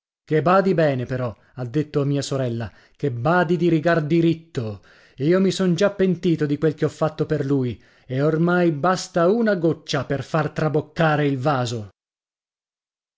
fare che badi bene però ha detto a mia sorella che badi di rigar diritto io mi son già pentito di quel che ho fatto per lui e ormai basta una goccia per far traboccare il vaso